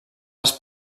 les